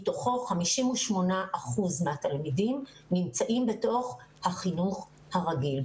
מתוכו 58% מהתלמידים נמצאים בתוך החינוך הרגיל,